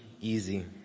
easy